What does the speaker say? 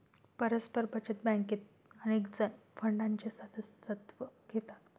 परस्पर बचत बँकेत अनेकजण फंडाचे सदस्यत्व घेतात